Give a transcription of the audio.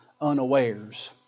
unawares